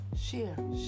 share